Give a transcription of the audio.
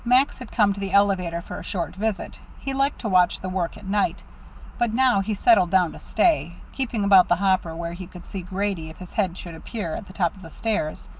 max had come to the elevator for a short visit he liked to watch the work at night but now he settled down to stay, keeping about the hopper where he could see grady if his head should appear at the top of the stairs.